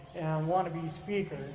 wanna-be speaker.